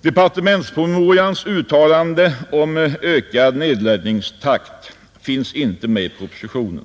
Departementspromemorians uttalande om ökad nedläggningstakt finns som sagt inte med i propositionen.